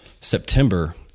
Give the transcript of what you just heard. September